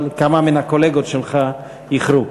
אבל כמה מן הקולגות שלך איחרו.